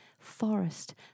Forest